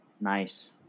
nice